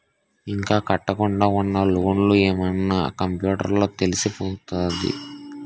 ఇంకా కట్టకుండా ఉన్న లోన్లు ఏమున్న కంప్యూటర్ లో తెలిసిపోతదిరా